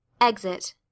Exit